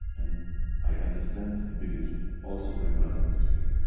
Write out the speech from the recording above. and i understand immediately also my brother was killed.